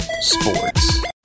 Sports